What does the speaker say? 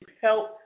help